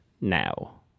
now